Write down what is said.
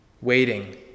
waiting